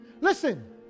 Listen